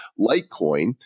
Litecoin